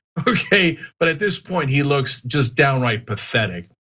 okay. but at this point, he looks just downright pathetic,